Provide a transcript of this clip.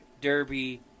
derby